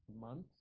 months